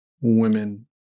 women